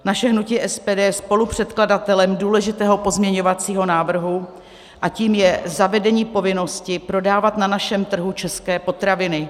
Naše hnutí SPD je spolupředkladatelem důležitého pozměňovacího návrhu a tím je zavedení povinnosti prodávat na našem trhu české potraviny.